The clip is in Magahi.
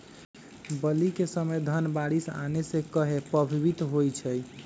बली क समय धन बारिस आने से कहे पभवित होई छई?